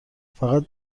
فقط